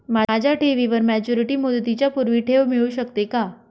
माझ्या ठेवीवर मॅच्युरिटी मुदतीच्या पूर्वी ठेव मिळू शकते का?